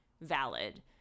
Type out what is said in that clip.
valid